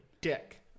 dick